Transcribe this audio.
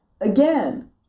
Again